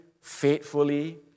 faithfully